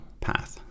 path